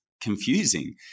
confusing